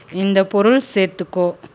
இந்தப் பொருள் சேர்த்துக்கோ